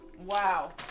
wow